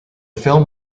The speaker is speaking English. film